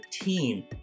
team